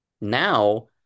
Now